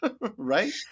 right